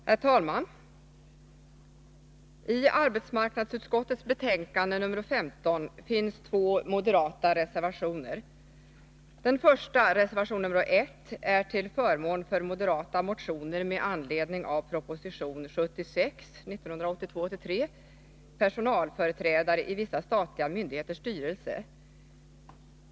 Herr talman! I arbetsmarknadsutskottets betänkande nr 15 finns två moderata reservationer. Den första, reservation nr 1, är till förmån för moderata motioner med anledning av proposition 1982/83:76 om personalföreträdare i vissa statliga myndigheters styrelser.